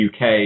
UK